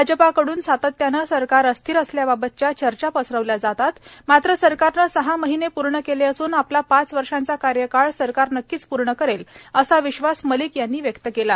भाजपकडून सातत्याने सरकार अस्थिर असल्याबाबतच्या चर्चा पसरवल्या जातात मात्र सरकारनं सहा महिने पूर्ण केले असून आपला पाच वर्षांचा कार्यकाळ सरकार नक्कीच पूर्ण करेल असा विश्वास मलिक यांनी व्यक्त केला आहे